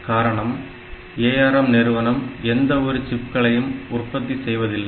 காரணம் ARM நிறுவனம் எந்த ஒரு சிப்களையும் உற்பத்தி செய்வதில்லை